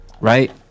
right